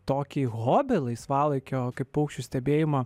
tokį hobį laisvalaikio kaip paukščių stebėjimą